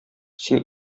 син